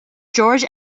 george